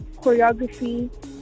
choreography